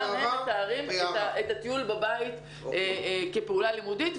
גם הם מתארים את הטיול בבית כפעולה לימודית,